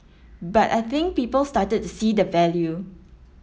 but I think people started to see the value